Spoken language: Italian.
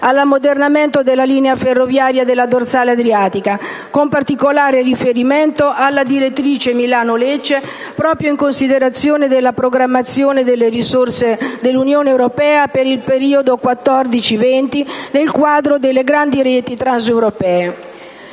all'ammodernamento della linea ferroviaria della dorsale adriatica, con particolare riferimento alla direttrice Milano-Lecce, proprio in considerazione della programmazione delle risorse dell'Unione europea per il periodo 2014-2020 nel quadro delle grandi reti transeuropee.